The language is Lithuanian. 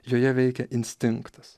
joje veikia instinktas